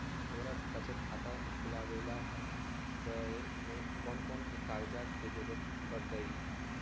हमरा बचत खाता खुलावेला है त ए में कौन कौन कागजात के जरूरी परतई?